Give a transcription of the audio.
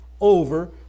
over